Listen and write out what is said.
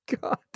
God